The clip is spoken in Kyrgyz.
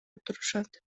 отурушат